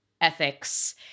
ethics